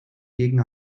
gegen